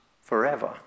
forever